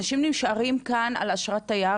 אנשים נשארים כאן על אשרת תייר,